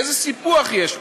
איזה סיפוח יש פה?